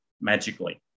magically